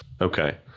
Okay